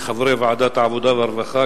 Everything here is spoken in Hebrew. חברי ועדת העבודה והרווחה.